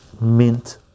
mint